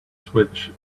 switch